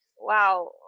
wow